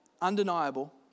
undeniable